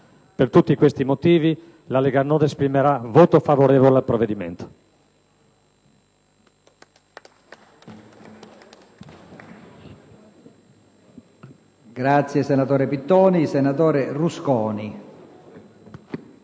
Per tutti questi motivi la Lega Nord esprimerà voto favorevole al provvedimento.